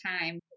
time